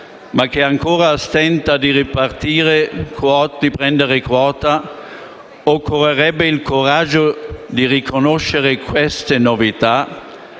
ma che ancora stenta a riprendere quota, occorrerebbe il coraggio di riconoscere queste novità,